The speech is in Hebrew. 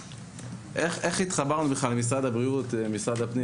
איך משרד הפנים התחבר בכלל למשרד הבריאות בנושא התאבדויות?